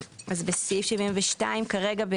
אז בסעיף 72 כרגע,